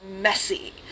messy